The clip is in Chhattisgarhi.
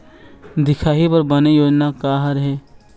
दिखाही बर बने योजना का हर हे?